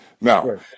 Now